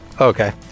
Okay